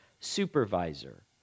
supervisor